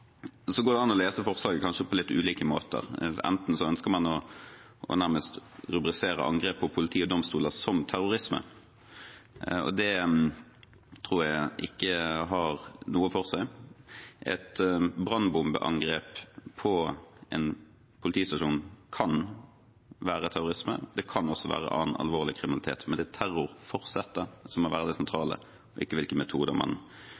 går kanskje an å lese forslaget på litt ulike måter. Enten ønsker man nærmest å rubrisere angrep på politi og domstoler som terrorisme, og det tror jeg ikke har noe for seg. Et brannbombeangrep på en politistasjon kan være terrorisme, det kan også være annen alvorlig kriminalitet, men det er terrorforsettet som må være det sentrale, ikke hvilke metoder man